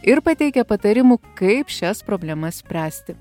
ir pateikia patarimų kaip šias problemas spręsti